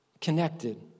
connected